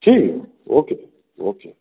ठीक है okay okay